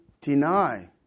deny